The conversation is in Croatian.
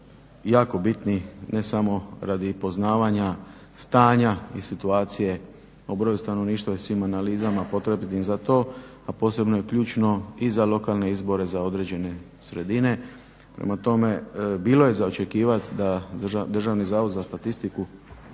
jako bitni, ne samo radi poznavanja stanja i situacije o broju stanovništva i svim analizama potrebitim za to, a posebno je ključno i za lokalne izbore za određene sredine. Prema tome bilo je za očekivat da DZS, smatramo mi u